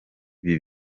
ibi